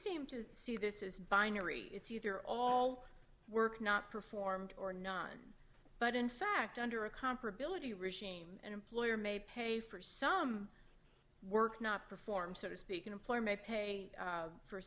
seem to see this is binary it's either all were not performed or not but in fact under a comparability regime an employer may pay for some work not perform so to speak an employer may pay